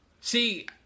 See